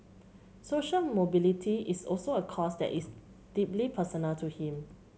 social mobility is also a cause that is deeply personal to him